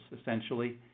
essentially